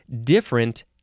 different